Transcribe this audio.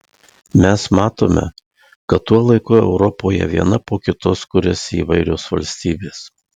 mes matome kad tuo laiku europoje viena po kitos kuriasi įvairios valstybės